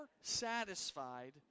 satisfied